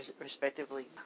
Respectively